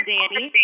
Danny